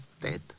dead